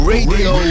Radio